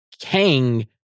Kang